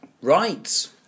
Right